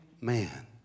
man